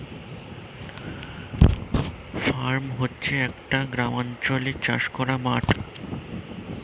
farm মানে হচ্ছে একটা গ্রামাঞ্চলে চাষ করার মাঠ